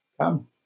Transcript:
come